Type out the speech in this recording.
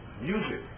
music